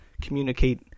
communicate